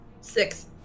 Six